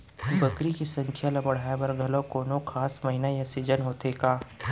बकरी के संख्या ला बढ़ाए बर घलव कोनो खास महीना या सीजन होथे का?